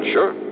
Sure